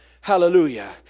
Hallelujah